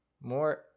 more